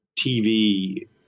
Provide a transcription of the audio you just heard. TV